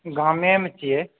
गामेमे छियै